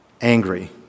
angry